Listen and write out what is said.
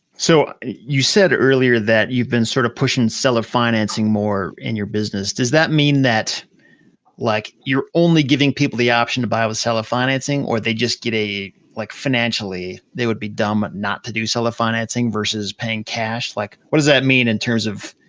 so, you said earlier that you've been sort of pushing seller financing more in your business. does that mean that like you're only giving people the option to buy with seller financing, or they just get a, like financially, they would be dumb not to do seller financing verses paying cash? like what does that mean in terms of,